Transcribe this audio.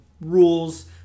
rules